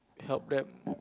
help them